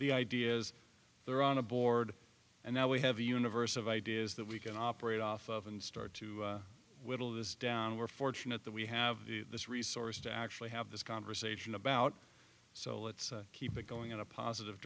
the ideas there on a board and now we have a universe of ideas that we can operate off of and start to whittle this down we're fortunate that we have the this resource to actually have this conversation about so let's keep it going in a positive